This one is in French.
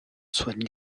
soigne